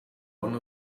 one